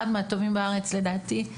אחד מהטובים בארץ לדעתי,